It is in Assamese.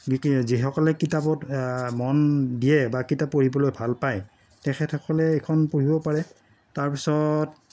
যিসকলে কিতাপত মন দিয়ে বা কিতাপ পঢ়িবলৈ ভাল পায় তেখেতসকলে এইখন পঢ়িব পাৰে তাৰপিছত